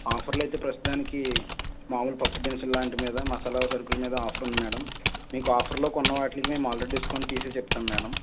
ఆఫర్లు అయితే ప్రస్తుతానికి మామూలు పప్పు దినుసులు లాంటి మీద మసాలా సరుకుల మీద ఆఫర్ ఉంది మ్యాడమ్ మీకు ఆఫర్లో కొన్న వాటిల్ని మేము ఆల్రెడీ డిస్కౌంట్ తీసి చెప్తాం మ్యాడమ్